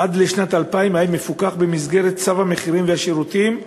עד לשנת 2000 היה מפוקח במסגרת צו המחירים והשירותים.